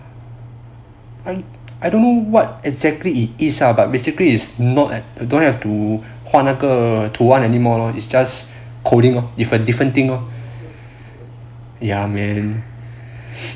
I I don't know what exactly it is ah but basically is not at is don't have to 画那个图案 anymore lor it's just coding different different thing lor ya man